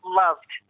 loved